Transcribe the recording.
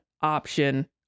option